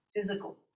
physical